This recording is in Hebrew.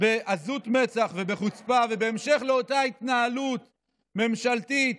בעזות מצח ובחוצפה, ובהמשך לאותה התנהלות ממשלתית,